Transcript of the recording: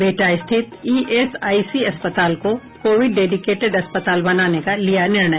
बिहटा स्थित ईएसआईसी अस्पताल को कोविड डेडिकेटेड अस्पताल बनाने का लिया निर्णय